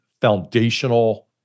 foundational